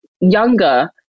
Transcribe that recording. younger